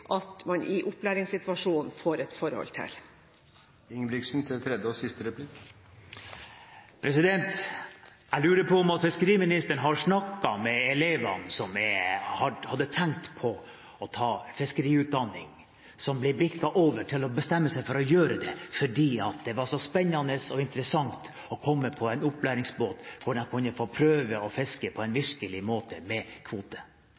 at man i opplæringssituasjonen får et forhold til. Jeg lurer på om fiskeriministeren har snakket med elevene som hadde tenkt å ta fiskeriutdanning, og som bestemte seg for å gjøre det fordi det var så spennende og interessant å komme på en opplæringsbåt, hvor de kunne få prøve å fiske på en virkelig måte, med